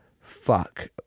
fuck